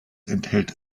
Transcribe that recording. enthält